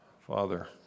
Father